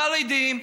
חרדים,